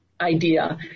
idea